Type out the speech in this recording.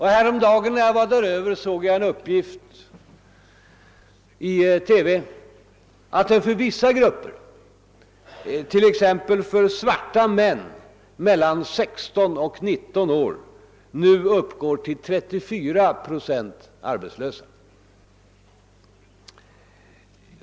Häromdagen när jag var där över, såg jag en uppgift i TV om att den för vissa grupper är ännu högre; exempelvis för svarta män mellan 16 och 19 år uppgår den nu till 34 procent.